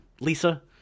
Lisa